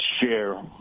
share